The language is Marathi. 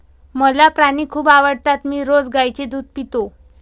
मला प्राणी खूप आवडतात मी रोज गाईचे दूध पितो